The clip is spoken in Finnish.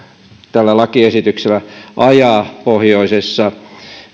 tällä lakiesityksellä ajaa pohjoisessa